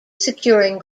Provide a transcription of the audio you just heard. securing